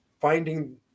finding